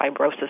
fibrosis